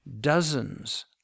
Dozens